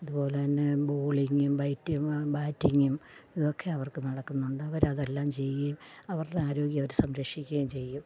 അതുപോലെതന്നെ ബോളിങ്ങും ബാറ്റിങ്ങും ഇതൊക്കെ അവര്ക്ക് നടക്കുന്നുണ്ട് അവരതെല്ലാം ചെയ്യും അവരുടെ ആരോഗ്യം അവര് സംരക്ഷിക്കുകയും ചെയ്യും